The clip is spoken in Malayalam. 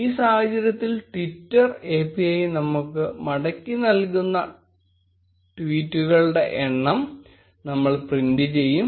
ഈ സാഹചര്യത്തിൽ ട്വിറ്റർ API നമ്മൾക്ക് മടക്കിനൽകുന്ന ട്വീറ്റുകളുടെ എണ്ണം നമ്മൾ പ്രിന്റ് ചെയ്യും